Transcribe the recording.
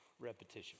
repetition